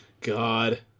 God